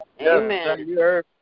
Amen